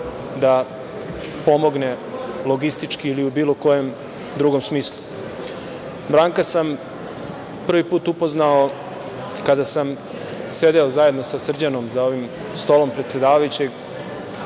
da pomogne logistički ili u bilo kojem drugom smislu. Branka sam prvi put upoznao kada sam sedeo zajedno sa Srđan za ovim stolom predsedavajućeg,